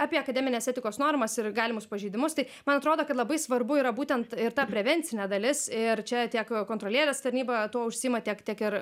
apie akademinės etikos normas ir galimus pažeidimus tai man atrodo kad labai svarbu yra būtent ta prevencinė dalis ir čia tiek kontrolierės tarnyba tuo užsiima tiek tiek ir